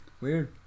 Weird